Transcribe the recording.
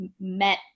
met